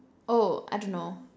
oh I don't know